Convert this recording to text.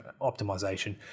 optimization